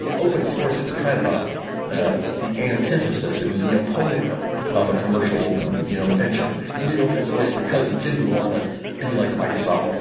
open source was kind of ah ah the antithesis. it was the opponent of a commercial you know venture. you did open source because you didn't want to be like microsoft.